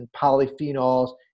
polyphenols